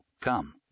Come